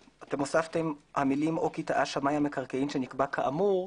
הוספתם: או כי טעה שמאי המקרקעין שנקבע כאמור.